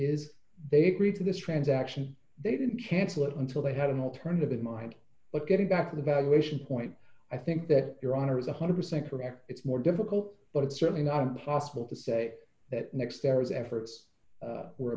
is they agreed to this transaction they didn't cancel it until they had an alternative in mind but getting back to the valuation point i think that your honor is one hundred percent correct it's more difficult but it's certainly not impossible to say that